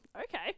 okay